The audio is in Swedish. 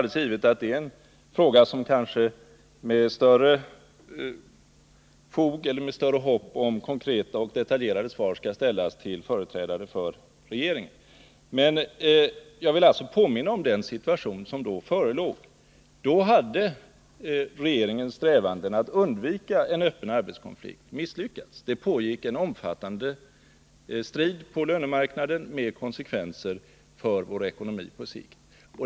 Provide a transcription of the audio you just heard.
Den frågan borde kanske med större hopp om konkreta och detaljerade svar ställas till företrädare för regeringen. Men jag vill påminna om den situation som förelåg då regeringens strävanden att undvika en öppen arbetskonflikt hade misslyckats. Det pågick en omfattande strid på lönemarknaden, med konsekvenser för vår ekonomi på sikt.